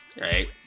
right